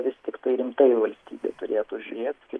vis tiktai rimtai valstybė turėtų žiūrėt